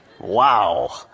Wow